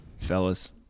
fellas